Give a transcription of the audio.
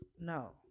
no